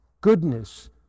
goodness